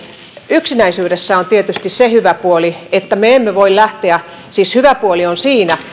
yksinäisyydessä on tietysti se hyvä puoli että me emme voi lähteä siis hyvä puoli on siinä